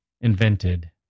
invented